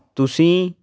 ਤੁਸੀਂ